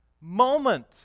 moment